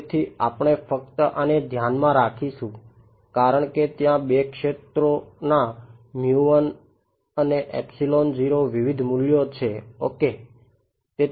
તેથી આપણે ફક્ત આને ધ્યાનમાં રાખીશું કારણ કે ત્યાં 2 ક્ષેત્રો ના અને વિવિધ મૂલ્યો છે ઓકે